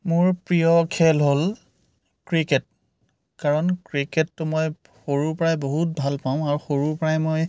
মোৰ প্ৰিয় খেল হ'ল ক্ৰিকেট কাৰণ ক্ৰিকেটটো মই সৰুৰ পৰাই বহুত ভাল পাওঁ আৰু সৰুৰ পৰাই মই